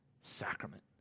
sacrament